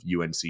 UNC